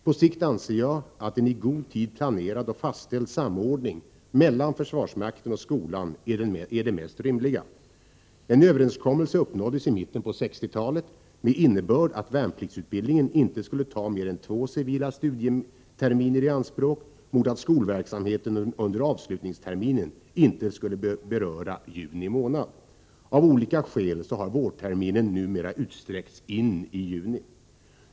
På sikt anser jag att en i god tid planerad och fastställd samordning mellan försvarsmakten och skolan är det mest rimliga. En överenskommelse uppnåddes i mitten på 1960-talet med innebörd att värnpliktsutbildningen inte skulle ta mer än två civila studieterminer i anspråk, mot att skolverksamhet under avslutningsterminen inte skulle beröra juni månad. Av olika skäl har vårterminen numera utsträckts in i juni.